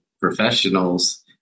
professionals